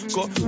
Got